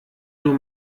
nur